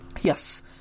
yes